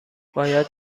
باید